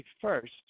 first